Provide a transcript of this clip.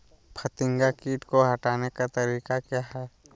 फतिंगा किट को हटाने का तरीका क्या है?